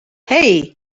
hey